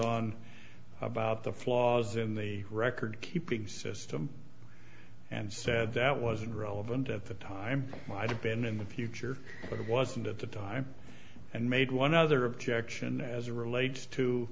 on about the flaws in the record keeping system and said that was a grove and at the time i'd been in the future but it wasn't at the time and made one other objection as a relates to